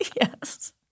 Yes